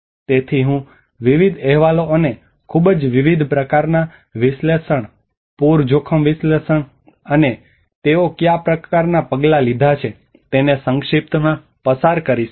તેથી હું વિવિધ અહેવાલો અને ખૂબ જ વિવિધ પ્રકારના વિશ્લેષણ પૂર જોખમ વિશ્લેષણ અને તેઓએ કયા પ્રકારનાં પગલાં લીધાં છે તેને સંક્ષિપ્તમાં પસાર કરીશ